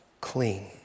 clean